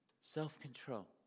self-control